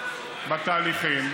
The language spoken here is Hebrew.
בתהליכים.